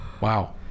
wow